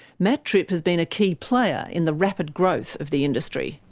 matt tripp has been a key player in the rapid growth of the industry.